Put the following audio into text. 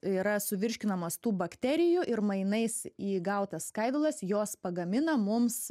yra suvirškinamos tų bakterijų ir mainais į gautas skaidulas jos pagamina mums